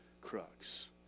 crux